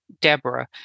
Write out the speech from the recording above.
Deborah